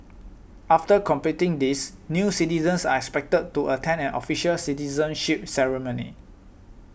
after completing these new citizens are expected to attend an official citizenship ceremony